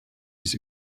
his